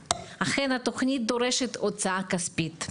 אכן התוכנית דורשת הוצאה כספית,